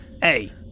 hey